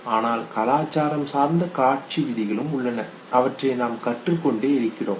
ஆனால் கலாச்சாரம் சார்ந்த காட்சி விதிகளும் உள்ளன அவற்றை நாம் கற்றுக் கொண்டே இருக்கிறோம்